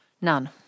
None